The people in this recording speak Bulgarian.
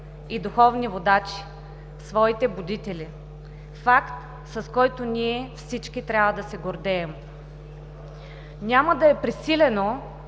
и духовни водачи, своите будители – факт, с който всички ние трябва да се гордеем. Няма да е пресилено,